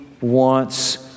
wants